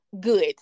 good